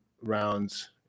rounds